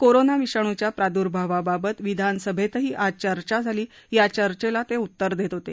corona विषाणूच्या प्रादुर्भावाबाबत विधानसभेतही आज चर्चा झाली या चर्चेला ते उत्तर देत होते